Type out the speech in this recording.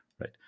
right